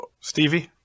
Stevie